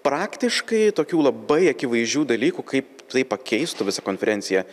praktiškai tokių labai akivaizdžių dalykų kaip tai pakeistų visa konferencija